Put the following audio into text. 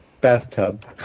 bathtub